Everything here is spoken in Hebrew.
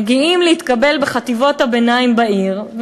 מגיעים להתקבל בחטיבות הביניים בעיר,